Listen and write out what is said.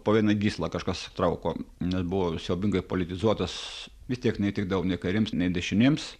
po vieną gyslą kažkas trauko nes buvo siaubingai politizuotas vis tiek neįtikdavau nei kairiems nei dešiniems